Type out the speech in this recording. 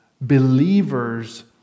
believers